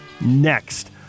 next